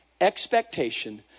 expectation